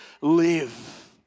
live